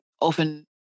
Often